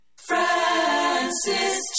Francis